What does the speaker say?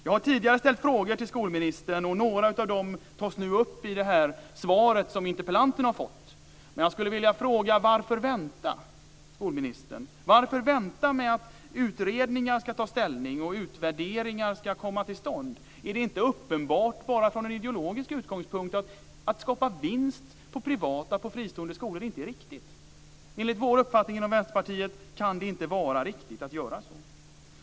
Jag har tidigare ställt frågor till skolministern, och några av dem tas nu upp i det svar som interpellanten har fått. Men jag skulle vilja fråga: Varför vänta, skolministern? Varför vänta med att utredningar ska ta ställning och utvärderingar komma till stånd? Är det inte uppenbart redan från en ideologisk utgångspunkt att det inte är riktigt att skapa vinst på privata, fristående skolor? Enligt vår uppfattning inom Vänsterpartiet kan det inte vara riktigt att göra så.